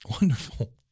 Wonderful